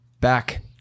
Back